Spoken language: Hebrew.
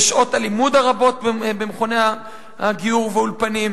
שעות הלימוד הרבות במכוני הגיור והאולפנים.